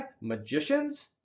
magicians